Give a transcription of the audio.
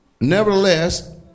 Nevertheless